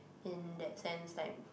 in that sense time